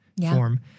form